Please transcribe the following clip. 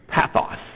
Pathos